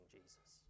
Jesus